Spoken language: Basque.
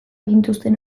gintuzten